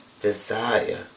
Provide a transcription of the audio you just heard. desire